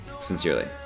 sincerely